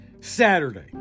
Saturday